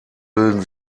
bilden